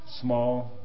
small